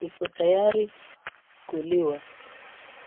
Iko tayari kuliwa.